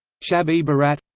shab-e-barat